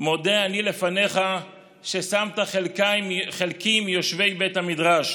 מודה אני לפניך ששמת חלקי עם יושבי בית המדרש.